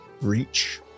Reach